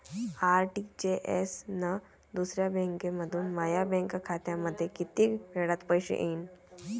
RTGS न दुसऱ्या बँकेमंधून माया बँक खात्यामंधी कितीक वेळातं पैसे येतीनं?